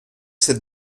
cette